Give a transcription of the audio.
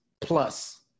plus